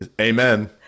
Amen